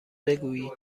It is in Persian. بگویید